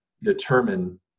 determine